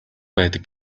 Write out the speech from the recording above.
байдаг